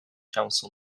council